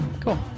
Cool